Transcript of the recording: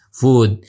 food